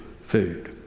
food